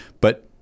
But-